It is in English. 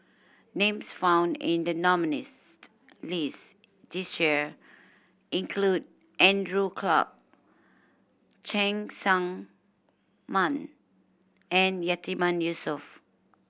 names found in the nominees' list this year include Andrew Clarke Cheng Tsang Man and Yatiman Yusof